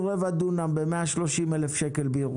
יש לנו איזושהי הקלה לאוכלוסיות מאוד מוחלשות.